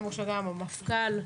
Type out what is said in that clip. וגם למפכ"ל,